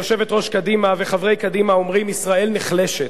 יושבת-ראש קדימה וחברי קדימה אומרים: ישראל נחלשת,